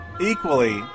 equally